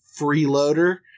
freeloader